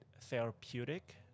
therapeutic